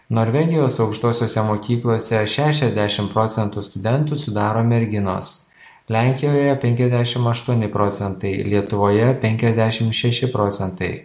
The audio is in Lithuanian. norvegijos aukštosiose mokyklose šešiasdešim procentų studentų sudaro merginos lenkijoje penkiasdešim aštuoni procentai lietuvoje penkiasdešim šeši procentai